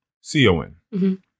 C-O-N